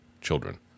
children